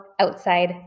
outside